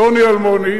פלוני-אלמוני,